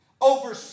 Over